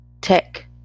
tech